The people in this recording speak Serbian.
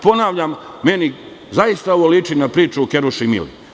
Ponavljam, meni ovo zaista liči na priču o keruši Mili.